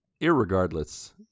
irregardless